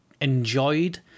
enjoyed